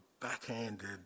backhanded